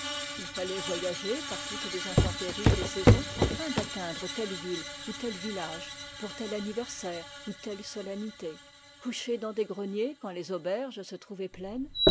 il fallait voyager par toutes les intempéries des saisons afin d'atteindre telle ville ou tel village pour tel anniversaire ou telle solennité coucher dans des greniers quand les auberges se trouvaient pleines